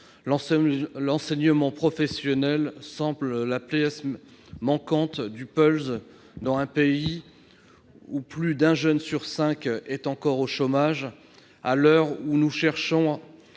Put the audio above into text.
l'enseignement professionnel semble la pièce manquante du puzzle, dans un pays où plus d'un jeune sur cinq est encore au chômage. À l'heure où nous cherchons